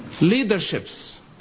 leaderships